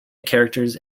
characters